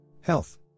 Health